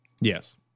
Yes